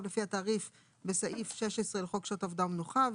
לפי התעריף בסעיף 16 לחוק שעות עבודה ומנוחה.